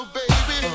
baby